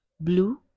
blue